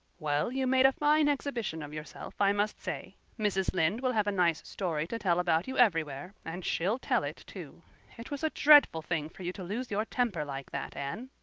well, you made a fine exhibition of yourself i must say. mrs. lynde will have a nice story to tell about you everywhere and she'll tell it, too it was a dreadful thing for you to lose your temper like that, anne.